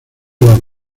los